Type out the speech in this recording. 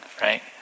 right